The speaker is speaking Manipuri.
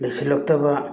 ꯂꯩꯁꯤꯜꯂꯛꯇꯕ